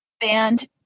band